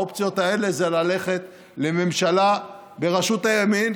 האופציות האלה זה ללכת לממשלה בראשות הימין,